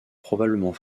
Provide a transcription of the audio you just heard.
probablement